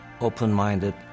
open-minded